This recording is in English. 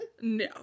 No